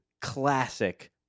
classic